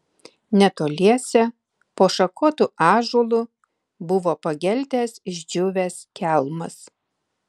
netoliese po šakotu ąžuolu buvo pageltęs išdžiūvęs kelmas